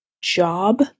job